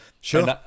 Sure